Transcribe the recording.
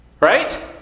right